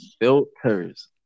Filters